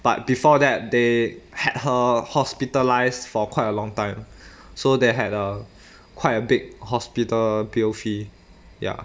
but before that they had her hospitalised for quite a long time so they had a quite a big hospital bill fee ya